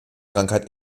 krankheit